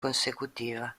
consecutiva